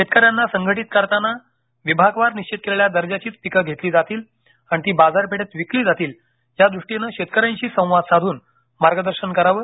शेतकऱ्यांना संघटित करतांना विभागवार निश्वित केलेल्या दर्जाचीच पिके घेतली जातील आणि ती बाजारपेठेत विकली जातील यादृष्टीने शेतकऱ्यांशी संवाद साधून मार्गदर्शन करावं